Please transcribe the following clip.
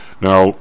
Now